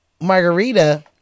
margarita